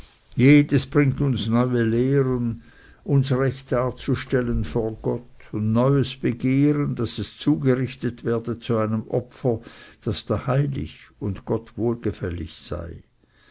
jedes bringt uns neue lehren uns recht darzustellen vor gott und neues begehren daß es zugerichtet werde zu einem opfer das da heilig und gott wohlgefällig sei